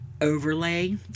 overlay